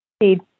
Indeed